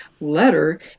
letter